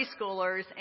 preschoolers